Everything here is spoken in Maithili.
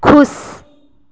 खुश